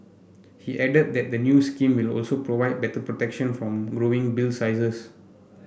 he added that the new scheme will also provide better protection from growing bill sizes